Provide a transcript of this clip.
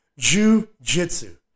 jujitsu